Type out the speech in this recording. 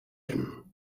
him